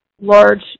large